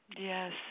Yes